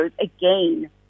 again